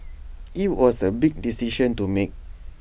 IT was A big decision to make